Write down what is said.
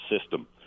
system